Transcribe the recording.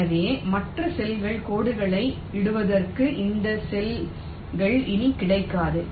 எனவே மற்ற செல்கள் கோடுகளை இடுவதற்கு இந்த செல்கள் இனி கிடைக்காது